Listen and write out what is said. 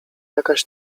jakaś